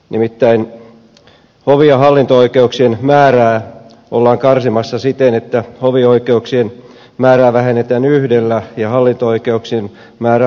nimittäin hovi ja hallinto oikeuksien määrää ollaan karsimassa siten että hovioikeuksien määrää vähennetään yhdellä ja hallinto oikeuksien määrää kahdella